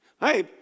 Hey